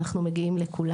אנחנו מגיעים לכולם.